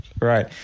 right